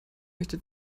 möchte